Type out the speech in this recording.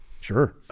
Sure